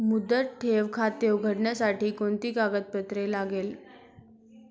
मुदत ठेव खाते उघडण्यासाठी कोणती कागदपत्रे लागतील?